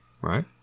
Right